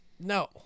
No